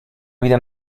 wieder